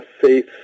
faith